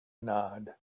nod